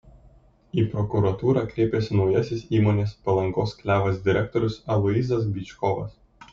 į prokuratūrą kreipėsi naujasis įmonės palangos klevas direktorius aloyzas byčkovas